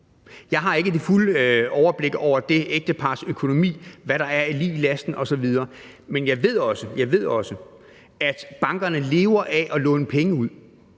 Jeg har ikke det fulde overblik over det ægtepars økonomi, hvad der er af lig i lasten osv., men jeg ved også, at bankerne lever af at låne penge ud.